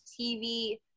tv